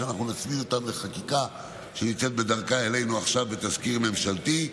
אנחנו נצמיד אותם לחקיקה שנמצאת בדרכה אלינו עכשיו בתזכיר ממשלתי.